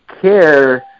care